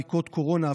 בדיקות קורונה,